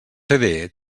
també